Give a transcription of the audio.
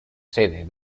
sede